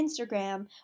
Instagram